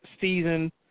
season